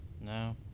No